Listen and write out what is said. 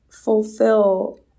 fulfill